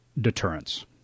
deterrence